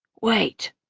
wait.